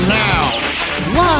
now